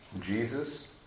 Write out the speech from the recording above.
Jesus